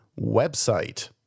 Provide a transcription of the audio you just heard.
website